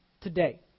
today